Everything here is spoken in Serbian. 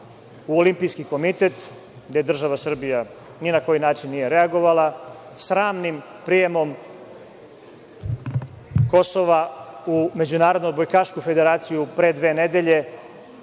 u Olimpijski komitet, gde država Srbija nije ni na koji način reagovala, sramnim prijemom Kosova u Međunarodnu odbojkašku federaciju pre dve nedelje,